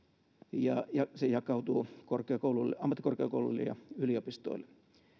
se jakautuu ammattikorkeakouluille ja yliopistoille